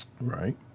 Right